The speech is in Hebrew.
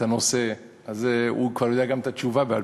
הנושא הוא כבר יודע גם את התשובה בעל-פה,